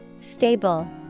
Stable